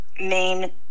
main